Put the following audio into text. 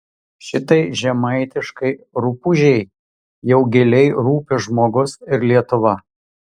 šitai žemaitiškai rupūžei jau giliai rūpi žmogus ir lietuva